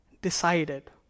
decided